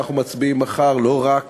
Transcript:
אנחנו מצביעים מחר לא רק